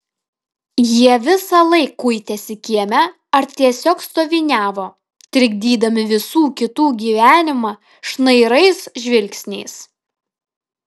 jie visąlaik kuitėsi kieme ar tiesiog stoviniavo trikdydami visų kitų gyvenimą šnairais žvilgsniais